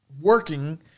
working